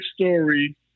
story